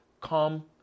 come